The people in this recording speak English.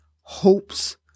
hopes